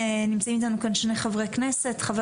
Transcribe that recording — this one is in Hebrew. נמצאים איתנו כאן שני חברי הכנסת: חבר